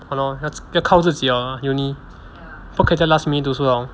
!hannor! 要靠自己了 uni 不可以再 last minute 读书了